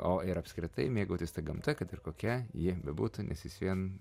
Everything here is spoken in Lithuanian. o ir apskritai mėgautis ta gamta kad ir kokia ji bebūtų nes vis vien